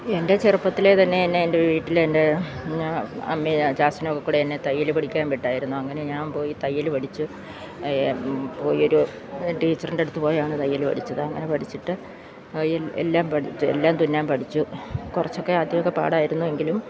എൻ്റെ ചെറുപ്പത്തിലെ തന്നെ എന്നെ എൻ്റെ വീട്ടിലെ എൻ്റെ അമ്മയും ചാച്ചനുമൊക്കെ കൂടെ എന്നെ തയ്യൽ പഠിക്കാൻ വിട്ടിരുന്നു അങ്ങനെ ഞാൻ പോയി തയ്യൽ പഠിച്ചു പോയി ഒരു ടീച്ചറിൻ്റെ അടുത്തു പോയാണ് തയ്യൽ പഠിച്ചത് അങ്ങനെ പഠിച്ചിട്ട് ഈ എല്ലാം പഠിച്ചു എല്ലാം തുന്നാൻ പഠിച്ചു കുറച്ചൊക്കെ ആദ്യമൊക്കെ പാടായിരുന്നു എങ്കിലും